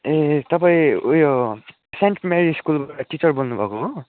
ए तपाईँ ऊ यो सेन्ट मेरी स्कुलबाट टिचर बोल्नुभएको हो